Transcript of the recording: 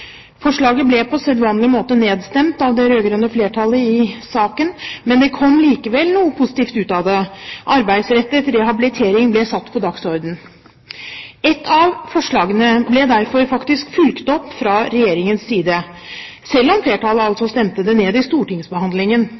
Forslaget ble på sedvanlig måte nedstemt av det rød-grønne flertallet i saken, men det kom likevel noe positivt ut av det: Arbeidsrettet rehabilitering ble satt på dagsordenen. Ett av forslagene ble derfor faktisk fulgt opp fra Regjeringens side, selv om flertallet altså stemte det ned i stortingsbehandlingen.